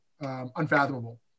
unfathomable